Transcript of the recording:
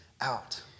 out